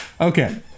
Okay